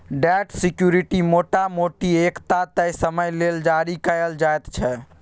date security मोटा मोटी एकटा तय समय लेल जारी कएल जाइत छै